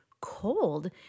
cold